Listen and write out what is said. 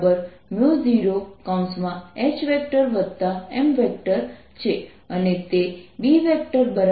તેથી જો આપણે વોલ્યુમ ચાર્જ ઘનતા વોલ્યુમ પ્રવાહ ઘનતા લખીશું તો આપણે તેને jσ δr R